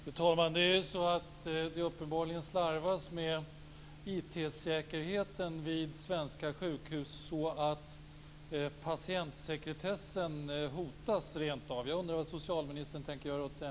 Fru talman! Det slarvas uppenbarligen med IT säkerheten vid svenska sjukhus, så att patientsekretessen rentav hotas. Jag undrar vad socialministern tänker göra åt det.